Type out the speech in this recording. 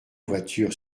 voiture